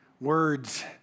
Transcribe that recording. words